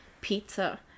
pizza